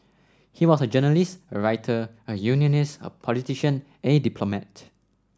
he was a journalist a writer a unionist a politician a diplomat